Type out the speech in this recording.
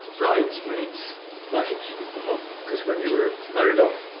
bridesmaid's luggage cause when you were married off,